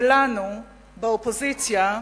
ולנו, באופוזיציה,